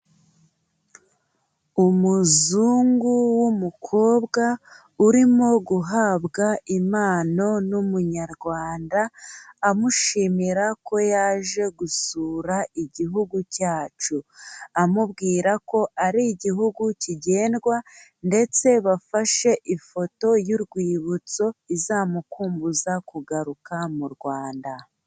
Umuzungu w'umukobwa urimo guhabwa impano n'umunyarwanda, amushimira ko yaje gusura igihugu cyacu, amubwira ko ari igihugu kigendwa ndetse bafashe ifoto y'urwibutso izamukumbuza kugaruka mu Rwanda.